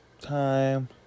time